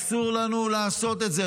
אסור לנו לעשות את זה.